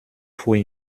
faut